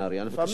אתה יודע,